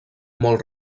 molt